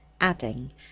adding